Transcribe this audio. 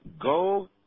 go